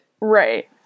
right